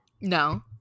no